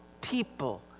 people